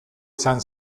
izan